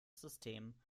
system